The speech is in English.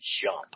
jump